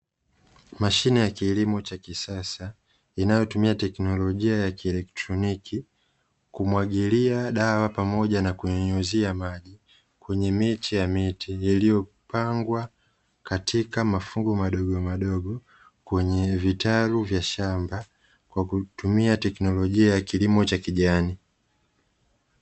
Mashine ya kilimo cha kisasa inayotumia teknolojia ya kielektroniki, kumwagilia dawa pamoja na kunyunyuzia maji kwenye miche ya miti iliyopangwa katika mafungu madogomadogo ya vitalu vya shamba, kwa kutumia teknolojia ya kilimo cha kijani.